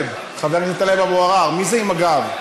חבר הכנסת טלב אבו עראר, מי זה עם הגב?